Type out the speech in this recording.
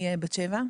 אני בת שבע.